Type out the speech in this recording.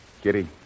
Kitty